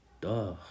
Duh